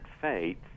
faith